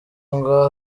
ngo